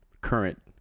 current